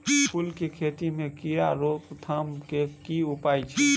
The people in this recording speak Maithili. फूल केँ खेती मे कीड़ा रोकथाम केँ की उपाय छै?